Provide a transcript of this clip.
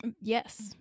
Yes